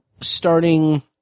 starting